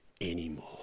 anymore